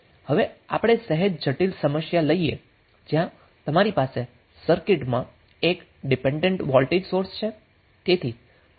હવે આપણે સહેજ જટિલ સમસ્યા લઈએ જ્યાં તમારી પાસે સર્કિટમાં 1 ડિપેન્ડેન્ટ વોલ્ટેજ સોર્સ છે